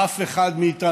אף אחד מאיתנו